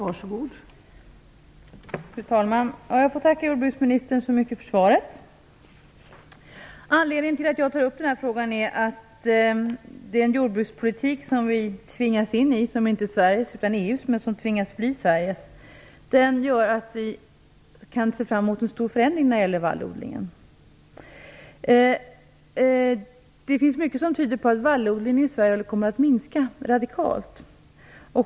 Fru talman! Jag får tacka jordbruksministern så mycket för svaret. Anledningen till att jag tar upp den här frågan är att den jordbrukspolitik som vi tvingas in i och som inte är Sveriges utan EU:s - som alltså tvingas bli Sveriges - gör att vi kan vänta oss en stor förändring när det gäller vallodling. Mycket tyder på att vallodlingen i Sverige radikalt kommer att minska.